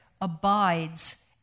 abides